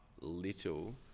little